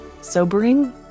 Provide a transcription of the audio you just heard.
sobering